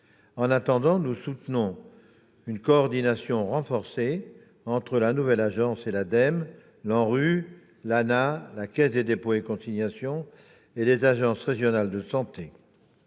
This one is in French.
En attendant, nous soutenons une coordination renforcée entre la nouvelle agence et l'ADEME, l'ANRU, l'ANAH, la Caisse des dépôts et consignations et les agences régionales de santé,